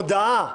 ממך,